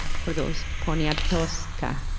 for those poniotaswka,